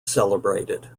celebrated